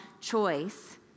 choice